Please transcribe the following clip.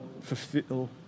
fulfill